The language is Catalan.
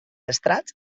estrats